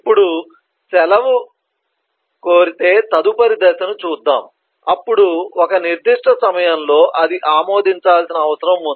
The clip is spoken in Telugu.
ఇప్పుడు సెలవు కోరితే తదుపరి దశను చూద్దాం అప్పుడు ఒక నిర్దిష్ట సమయంలో అది ఆమోదించాల్సిన అవసరం ఉంది